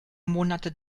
monate